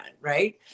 right